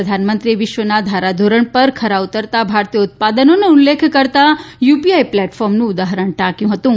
પ્રધાનમત્રીએ વિશ્વનાં ધારાધોરણ પર ખરા ઉતરતાં ભારતીય ઉત્પાદનોનો ઉલ્લેખ કરતાં યુપીઆઈ પ્લેટફોર્મનું ઉદાહરણ ટાંક્યું હતું